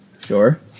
Sure